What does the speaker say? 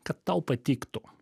kad tau patiktų